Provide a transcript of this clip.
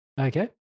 Okay